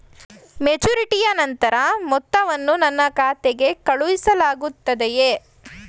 ಮೆಚುರಿಟಿಯ ನಂತರ ಮೊತ್ತವನ್ನು ನನ್ನ ಖಾತೆಗೆ ಕಳುಹಿಸಲಾಗುತ್ತದೆಯೇ?